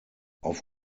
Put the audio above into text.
auf